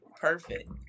perfect